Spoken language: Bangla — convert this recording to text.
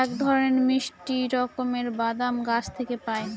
এক ধরনের মিষ্টি রকমের বাদাম গাছ থেকে পায়